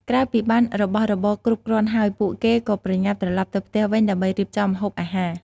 ក្រោយពីបានរបស់របរគ្រប់គ្រាន់ហើយ ពួកគេក៏ប្រញាប់ត្រឡប់ទៅផ្ទះវិញដើម្បីរៀបចំម្ហូបអាហារ។